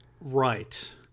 Right